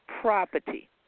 property